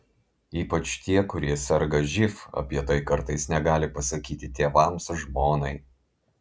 ypač tie kurie serga živ apie tai kartais negali pasakyti tėvams žmonai